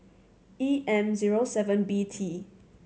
E M zero seven B T